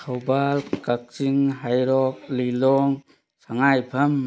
ꯊꯧꯕꯥꯜ ꯀꯛꯆꯤꯡ ꯍꯩꯔꯣꯛ ꯂꯤꯂꯣꯡ ꯁꯪꯉꯥꯏꯌꯨꯝꯐꯝ